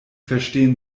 verstehen